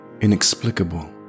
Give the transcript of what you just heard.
inexplicable